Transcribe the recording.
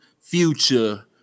Future